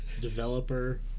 Developer